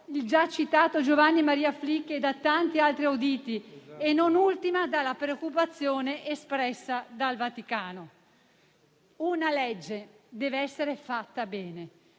il già citato Giovanni Maria Flick e da tanti altri auditi, e, non ultima, dalla preoccupazione espressa dal Vaticano. Una legge deve essere fatta bene,